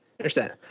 Understand